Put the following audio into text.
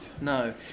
No